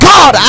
God